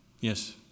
Yes